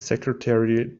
secretary